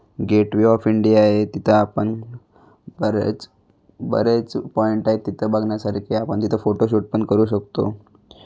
gateway of India आहे तिथंं आपण बरेच बरेच पॉइंट आहेत तिथंं बघण्यासारखे आपण तिथंं फोटोशूट पण करू शकतो